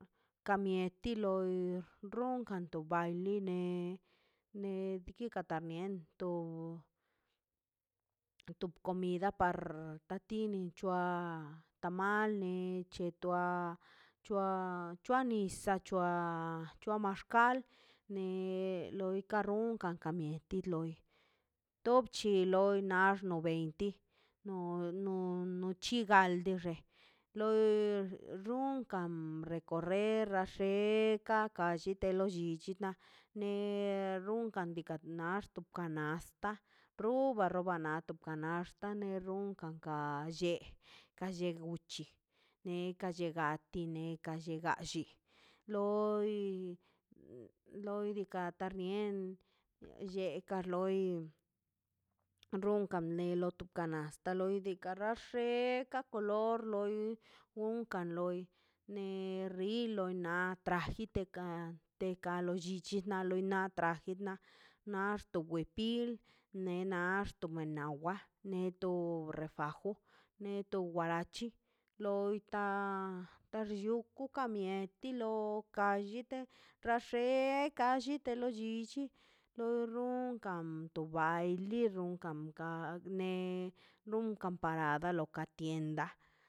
Ka mieti loi runkan to baili ne ne ka tu ka to mie kata miento tup comida par tatini c̱hoa tamal ne che toa c̱hoa c̱hoa nisaꞌ c̱hoa maxkal nei lu karrunkan ka mieti loi to bc̱hi loi nax no veinti no no chigalixe loi runkan recorrer axt xeka ka llite lo lli bichina ner runkan nika na axt to kanasta ruba ruba na to kanaxta ne runkan kan ka lle ka lle guchi ne kalle gati nekalli galli loi loi diikaꞌ tarnie lle karloi runkan ne lo kana asta loi diikaꞌ laxe ka kolor loi unkan loi ne rilo na atraji ne ka te kalo llichi na loi ni traje na na xto huipil na nexto ne mawa neto refajo neto huarachi loita warshuku an ti loi ka llete rashe ka llit te lo llichi lo runkan to baili runkan kab ne runkan parado ka tienda.